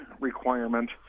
requirement